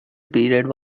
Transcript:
period